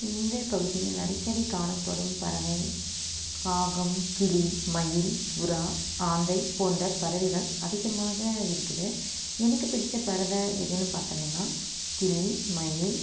இந்தியப் பகுதியில் அடிக்கடி காணப்படும் பறவை காகம் கிளி மயில் புறா ஆந்தை போன்ற பறவைகள் அதிகமாக இருக்குது எனக்கு பிடித்த பறவை எதுன்னு பார்த்தங்கன்னா கிளி மயில்